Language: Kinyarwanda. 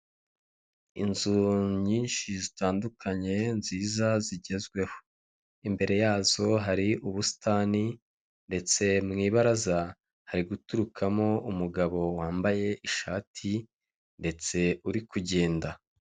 Inzu nyinshi zitandukanye, nziza, zigezweho. Imbere yazo hari ubusitani, ndetse mu ibaraza hari guturukamo umugabo wambaye ishati ndetse uri kugenda.